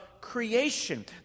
creation